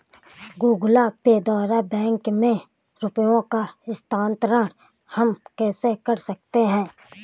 Google Pay द्वारा bank में रुपयों का स्थानांतरण हम कैसे कर सकते हैं?